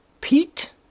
pete